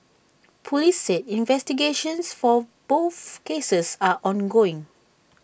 Police said investigations for both cases are ongoing